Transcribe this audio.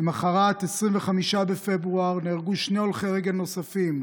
למוחרת, 25 בפברואר, נהרגו שני הולכי רגל נוספים,